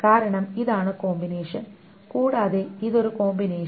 കാരണം ഇതാണ് കോമ്പിനേഷൻ കൂടാതെ ഇത് ഒരു കോമ്പിനേഷൻ